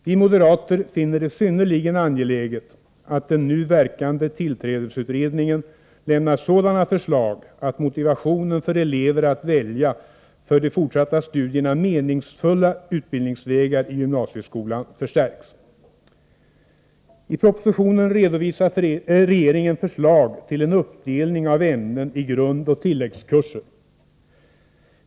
Vi moderater finner det synnerligen angeläget att den nu verkande tillträdesutredningen lämnar sådana förslag att motivationen för elever att välja för de fortsatta studierna meningsfulla utbildningsvägar i gymnasieskolan förstärks. I propositionen redovisar regeringen förslag till en uppdelning av ämnen i grundoch tilläggskurser.